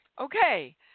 Okay